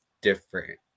different